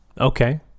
Okay